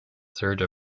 surge